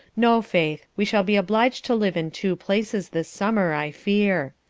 no, faith, we shall be obliged to live in two places this summer, i fear.